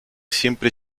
siempre